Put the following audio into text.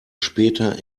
später